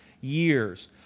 years